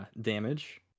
damage